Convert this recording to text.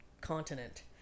continent